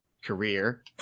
career